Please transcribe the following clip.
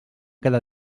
cada